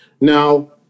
Now